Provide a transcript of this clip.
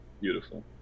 Beautiful